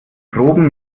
proben